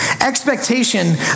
expectation